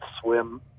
swim